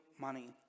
money